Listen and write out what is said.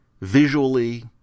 visually